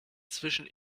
zwischen